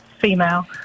female